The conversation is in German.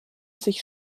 sich